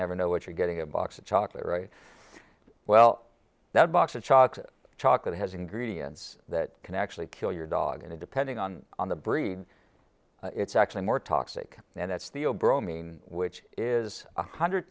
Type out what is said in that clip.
never know what you're getting a box of chocolate right well that box of chocolate chocolate has ingredients that can actually kill your dog and it depending on on the breed it's actually more toxic and that's the old bromine which is a hundred